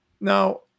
Now